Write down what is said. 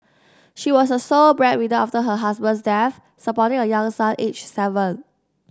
she was the sole breadwinner after her husband's death supporting a young son aged seven